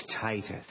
Titus